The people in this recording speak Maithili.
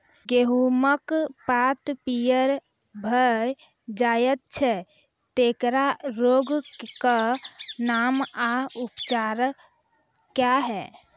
गेहूँमक पात पीअर भअ जायत छै, तेकरा रोगऽक नाम आ उपचार क्या है?